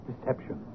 deception